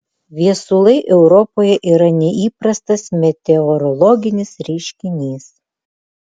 viesulai europoje yra neįprastas meteorologinis reiškinys